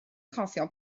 cofio